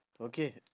okay